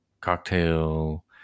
Cocktail